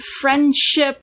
friendship